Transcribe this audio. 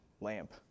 lamp